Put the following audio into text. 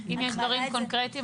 אם יש דברים קונקרטיים,